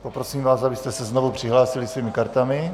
Poprosím vás, abyste se znovu přihlásili svými kartami.